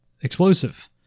explosive